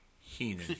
Heenan